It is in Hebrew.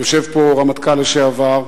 יושב פה רמטכ"ל לשעבר.